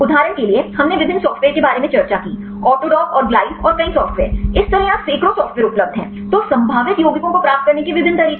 उदाहरण के लिए हमने विभिन्न सॉफ्टवेयर के बारे में चर्चा की ऑटोडॉक और ग्लाइड और कई सॉफ्टवेयर इसी तरह वहाँ सैकड़ों सॉफ्टवेयर उपलब्ध हैं तो संभावित यौगिकों को प्राप्त करने के विभिन्न तरीके